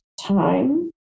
time